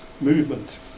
movement